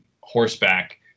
horseback